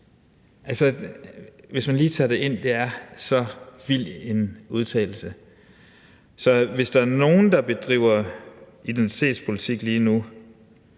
hvis man lige tager det ind, så er det så vild en udtalelse. Så hvis der er nogen, der bedriver identitetspolitik lige nu,